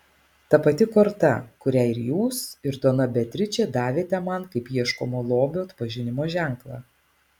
ta pati korta kurią ir jūs ir dona beatričė davėte man kaip ieškomo lobio atpažinimo ženklą